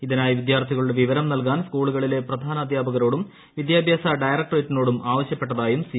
ഇതിനായി വിദ്യാർത്ഥികളുടെ വിവരം നൽകാൻ ്സ്കൂളുകളിലെ പ്രധാനാധ്യാപകരോടും വിദ്യാഭ്യാസ ഡിയറ്ക്ടറേറ്റിനോടും ആവശ്യപ്പെട്ടതായും സി